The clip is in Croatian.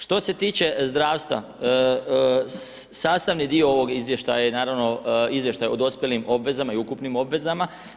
Što se tiče zdravstva, sastavni dio ovog izvještaj je naravno, izvještaj o dospjelim obvezama i ukupnim obvezama.